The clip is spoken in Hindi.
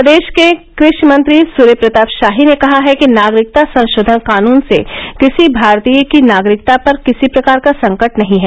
प्रदेश के कृषि मंत्री सूर्य प्रताप शाही ने कहा है कि नागरिकता संशोधन कानून से किसी भारतीय की नागरिकता पर किसी प्रकार का संकट नहीं है